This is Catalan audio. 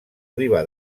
riba